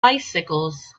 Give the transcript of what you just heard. bicycles